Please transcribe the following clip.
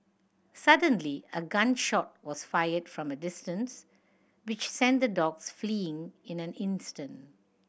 suddenly a gun shot was fired from a distance which sent the dogs fleeing in an instant